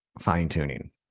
fine-tuning